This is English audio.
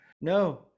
No